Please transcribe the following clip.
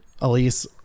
Elise